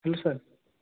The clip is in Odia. ହଁ ସାର୍